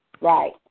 right